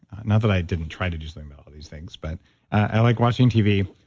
not that i didn't try to do something about all these things, but i like watching tv.